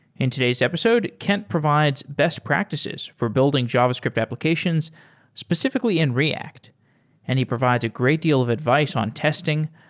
in today's episode, kent provides best practices for building javascript applications specifically in react and he provides a great deal of advice on testing,